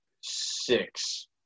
six